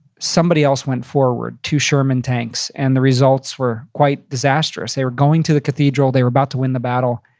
somebody else went forward, two sherman tanks, and the results were quite disastrous. they were going to the cathedral, they were about to win the battle,